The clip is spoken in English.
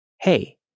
Hey